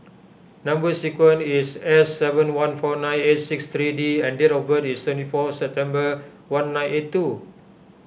Number Sequence is S seven one four nine eight six three D and date of birth is twenty four September one nine eight two